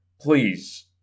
please